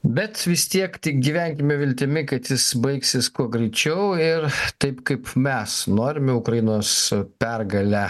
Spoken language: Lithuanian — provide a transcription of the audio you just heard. bet vis tiek tik gyvenkime viltimi kad jis baigsis kuo greičiau ir taip kaip mes norime ukrainos pergale